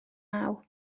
naw